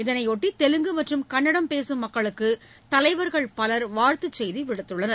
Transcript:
இதனையொட்டி தெலுங்கு மற்றும் கன்னடம் பேசும் மக்களுக்கு தலைவர்கள் பலர் வாழ்த்துச் செய்தி விடுத்துள்ளனர்